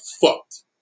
fucked